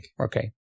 Okay